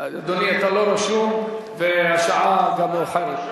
ברבע שעה, אדוני, אתה לא רשום, והשעה גם מאוחרת.